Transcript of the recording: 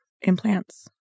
implants